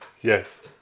yes